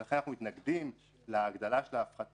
ולכן אנחנו מתנגדים להגדלה של ההפחתה,